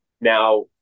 now